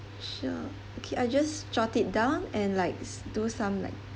sure okay I'll just jot it down and like s~ do some like